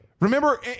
Remember